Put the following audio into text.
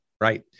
Right